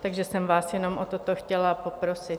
Takže jsem vás jenom o toto chtěla poprosit.